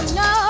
no